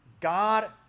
God